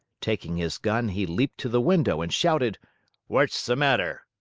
taking his gun, he leaped to the window and shouted what's the matter?